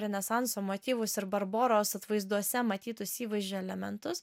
renesanso motyvus ir barboros atvaizduose matytus įvaizdžio elementus